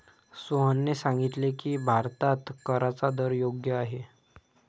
सोहनने सांगितले की, भारतात कराचा दर योग्य आहे